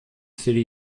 city